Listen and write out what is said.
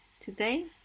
Today